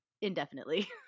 indefinitely